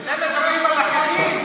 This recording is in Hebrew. אתם מדברים על אחרים?